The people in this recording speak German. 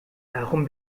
warum